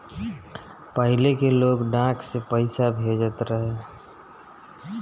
पहिले के लोग डाक से पईसा भेजत रहे